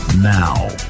Now